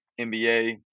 NBA